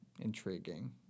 intriguing